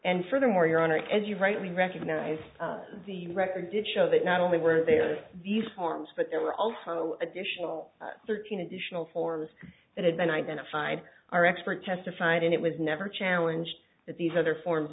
and furthermore your honor as you rightly recognise the record did show that not only were there these forms but there were also additional thirteen additional forms that had been identified our expert testified and it was never challenge that these other forms